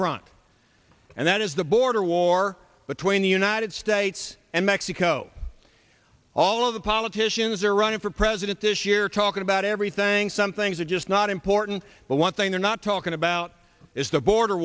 front and that is the border war between the united states and mexico all of the politicians are running for president this year talking about everything some things are just not important but one thing they're not talking about is the border